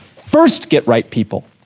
first get right people,